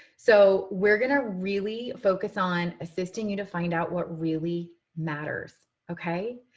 so we're going to really focus on assisting you to find out what really matters. okay,